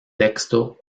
texto